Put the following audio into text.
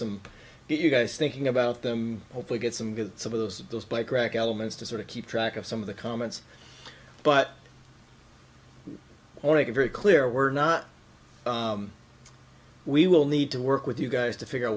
some you guys thinking about them hopefully get some good some of those those bike rack elements to sort of keep track of some of the comments but or make it very clear we're not we will need to work with you guys to figure out